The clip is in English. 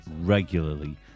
regularly